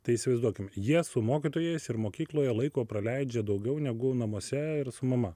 tai įsivaizduokim jie su mokytojais ir mokykloje laiko praleidžia daugiau negu namuose ir su mama